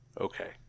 Okay